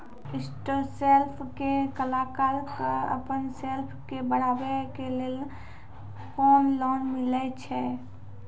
हस्तशिल्प के कलाकार कऽ आपन शिल्प के बढ़ावे के लेल कुन लोन मिलै छै?